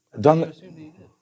Done